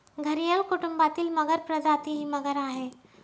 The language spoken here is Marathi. घरियल कुटुंबातील मगर प्रजाती ही मगर आहे